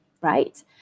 right